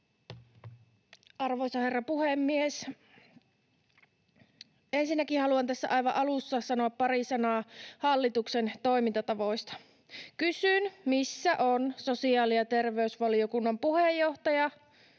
Arvoisa herra puhemies! Ensinnäkin haluan tässä aivan alussa sanoa pari sanaa hallituksen toimintatavoista. Kysyn, missä on sosiaali‑ ja terveysvaliokunnan puheenjohtaja,